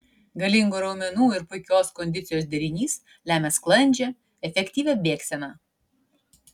galingų raumenų ir puikios kondicijos derinys lemia sklandžią efektyvią bėgseną